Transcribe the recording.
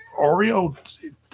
Oreo